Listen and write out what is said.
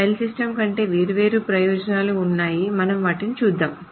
file system కంటే వేర్వేరు ప్రయోజనాలు ఉన్నాయి మనము వాటిని చూద్దాము